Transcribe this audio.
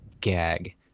gag